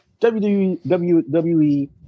WWE